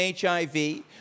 HIV